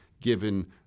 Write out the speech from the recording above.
given